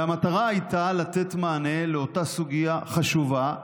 והמטרה הייתה לתת מענה לאותה סוגיה חשובה